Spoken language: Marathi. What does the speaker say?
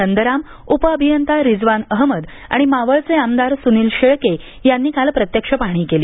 नंदराम उप अभियंता रिजवान अहमद आणि मावळचे आमदार सुनील शेळके यांनी काल प्रत्यक्ष पाहणी केली